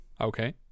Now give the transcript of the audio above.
Okay